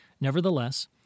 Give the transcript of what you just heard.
Nevertheless